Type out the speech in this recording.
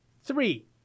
Three